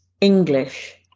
English